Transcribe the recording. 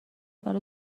برا